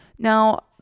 Now